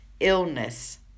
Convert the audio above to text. illness